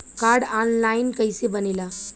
Card online कइसे बनेला?